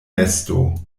nesto